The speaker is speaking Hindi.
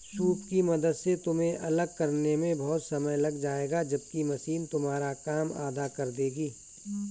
सूप की मदद से तुम्हें अलग करने में बहुत समय लग जाएगा जबकि मशीन तुम्हारा काम आधा कर देगी